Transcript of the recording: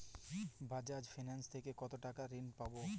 Bajaj Finserv থেকে কতো টাকা ঋণ আমি পাবো?